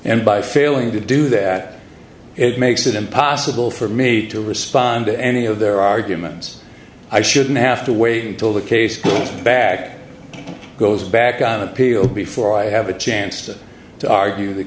and by failing to do that it makes it impossible for me to respond to any of their arguments i shouldn't have to wait until the case back goes back on appeal before i have a chance to argue